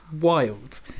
wild